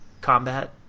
combat